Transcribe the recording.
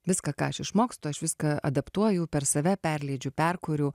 viską ką aš išmokstu aš viską adaptuoju per save perleidžiu perkuriu